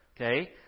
Okay